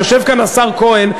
יושב כאן השר כהן,